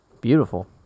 Beautiful